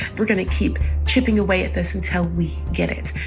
we're going to keep chipping away at this until we get it.